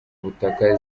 butaka